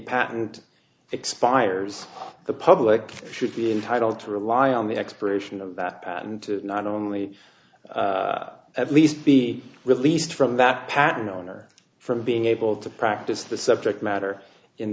patent expires the public should be entitled to rely on the expiration of that patent to not only at least be released from that patent owner from being able to practice the subject matter in